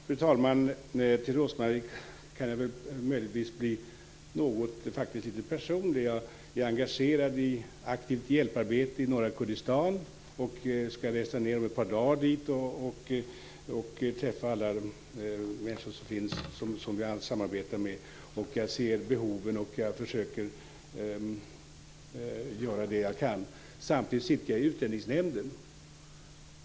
Fru talman! Med Rose-Marie Frebran kan jag möjligtvis bli litet personlig; jag är engagerad i aktivt hjälparbete i norra Kurdistan, och jag skall resa ned om ett par dagar dit och träffa alla de människor som finns där och som vi samarbetar med. Jag ser behoven, och jag försöker göra det jag kan. Samtidigt sitter jag i Utlänningsnämnden.